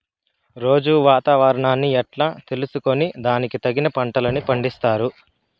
రోజూ వాతావరణాన్ని ఎట్లా తెలుసుకొని దానికి తగిన పంటలని పండిస్తారు?